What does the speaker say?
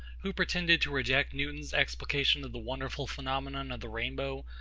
who pretended to reject newton's explication of the wonderful phenomenon of the rainbow,